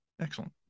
excellent